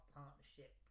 partnership